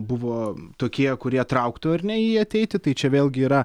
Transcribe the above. buvo tokie kurie trauktų ar ne į jį ateiti tai čia vėlgi yra